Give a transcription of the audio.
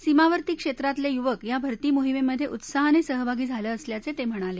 सीमावर्ती क्षेत्रातले युवक या भर्ती मोहिमेमध्ये उत्साहाने सहभागी झाले असल्याचं ते म्हणाले